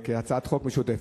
כהצעת חוק משותפת.